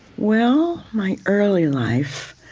well, my early life